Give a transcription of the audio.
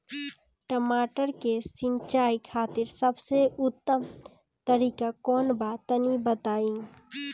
टमाटर के सिंचाई खातिर सबसे उत्तम तरीका कौंन बा तनि बताई?